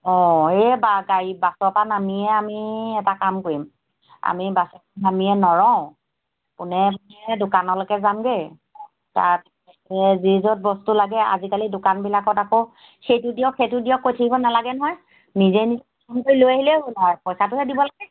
অ এই গাড়ী বাছৰ পৰা নামিয়ে আমি এটা কাম কৰিম আমি বাছৰ পৰা নামিয়ে নৰওঁ পোনেইমানে দোকানলৈকে যামগৈ তাৰপিছতে যি য'ত বস্তু লাগে আজিকালি দোকানবিলাকত আকৌ সেইটো দিয়ক সেইটো দিয়ক কৈ থাকিব নালাগে নহয় নিজে নিজে পচন্দ কৰি লৈ আহিলেই হ'ল আৰু পইচাটোহে দিব লাগে